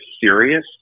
serious